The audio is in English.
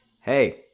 hey